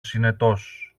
συνετός